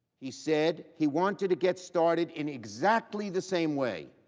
he said he wanted to get started in exactly the same way.